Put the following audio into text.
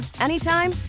anytime